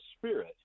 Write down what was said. spirit